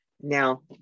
Now